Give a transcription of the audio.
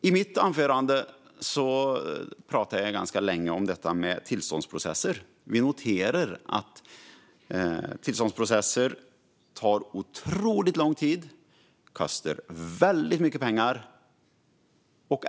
I mitt anförande pratade jag ganska länge om tillståndsprocesser. Vi noterar att tillståndsprocesser tar otroligt lång tid och kostar väldigt mycket pengar.